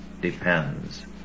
depends